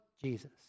Jesus